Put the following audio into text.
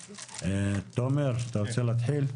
תומר, אתה רוצה להתחיל?